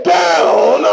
down